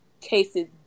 cases